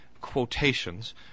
quotations